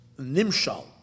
Nimshal